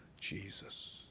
Jesus